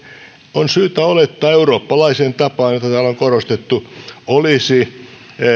on syytä olettaa eurooppalaiseen tapaan jota täällä on korostettu olisi